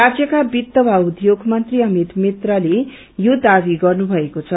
राज्यका वित्त वा उद्योग मन्त्री अभित मिश्राले यो दावी गर्नुभएको छ